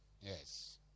yes